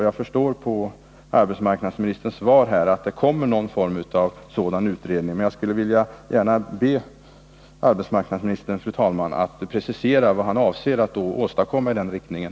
Jag förstår av arbetsmarknadsministerns svar nu att det kommer någon form av sådan utredning. Men jag skulle, fru talman, vilja be arbetsmarknadsministern att precisera vad han avser att åstadkomma i den riktningen.